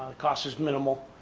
cost is minimal.